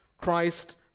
Christ